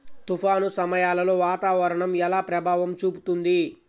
తుఫాను సమయాలలో వాతావరణం ఎలా ప్రభావం చూపుతుంది?